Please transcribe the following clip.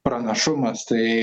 pranašumas tai